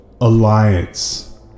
alliance